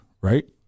right